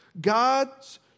God's